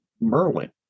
Merlin